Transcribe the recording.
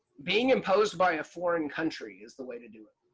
being imposed by a foreign country is the way to do it.